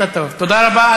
תודה רבה.